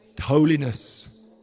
holiness